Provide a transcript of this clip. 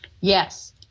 Yes